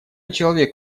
человек